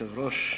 אדוני היושב-ראש,